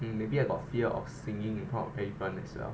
hmm maybe I got fear of singing in front of pei feng as well